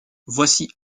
voici